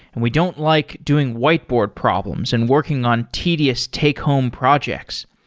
and we don't like doing whiteboard problems and working on tedious take home projects.